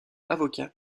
avocat